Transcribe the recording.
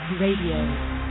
Radio